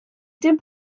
dim